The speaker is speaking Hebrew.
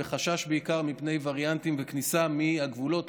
חשש בעיקר מפני וריאנטים וכניסה מהגבולות,